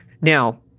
now